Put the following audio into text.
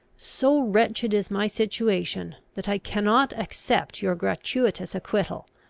so wretched is my situation, that i cannot accept your gratuitous acquittal,